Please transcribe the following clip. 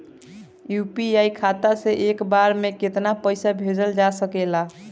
UPI खाता से एक बार म केतना पईसा भेजल जा सकेला?